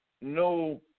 no